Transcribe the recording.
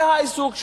זה העיסוק שלהם,